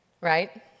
right